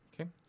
Okay